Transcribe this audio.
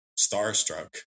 starstruck